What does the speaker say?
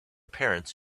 parents